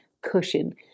cushion